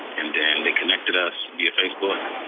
and then they connected us via facebook.